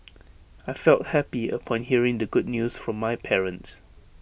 I felt happy upon hearing the good news from my parents